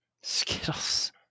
Skittles